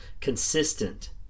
consistent